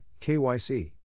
KYC